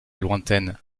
lointaine